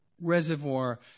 Reservoir